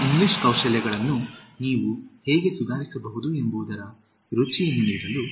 ನಿಮ್ಮ ಇಂಗ್ಲಿಷ್ ಕೌಶಲ್ಯಗಳನ್ನು ನೀವು ಹೇಗೆ ಸುಧಾರಿಸಬಹುದು ಎಂಬುದರ ರುಚಿಯನ್ನು ನೀಡಲು